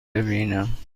ببینم